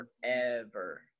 forever